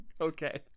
Okay